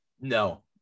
No